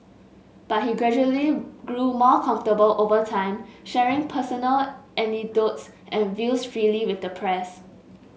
but he gradually grew more comfortable over time sharing personal anecdotes and views freely with the press